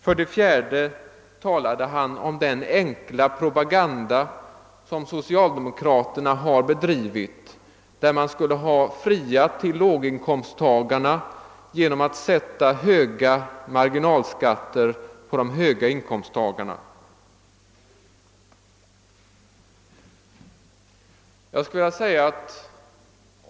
För det fjärde talade han om den enkla propaganda som socialdemokraterna har bedrivit, där vi skulle ha friat till låginkomsttagarna genom att lägga hårda marginalskatter på de höga inkomsttagarna.